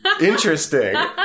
Interesting